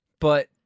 But-